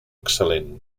excel·lent